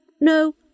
no